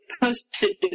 posted